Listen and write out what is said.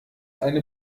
eine